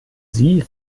sie